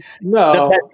no